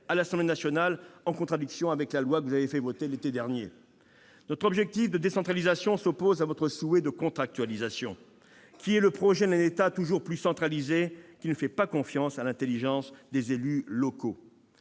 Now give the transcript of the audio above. l'Assemblée nationale, en contradiction avec la loi que vous avez fait voter l'été dernier. Notre objectif de décentralisation s'oppose à votre souhait de contractualisation, qui est le projet d'un État toujours plus centralisé qui ne fait pas confiance à l'intelligence des élus locaux.